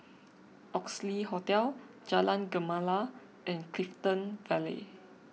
Oxley Hotel Jalan Gemala and Clifton Vale